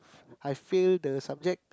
I failed the subject